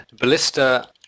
Ballista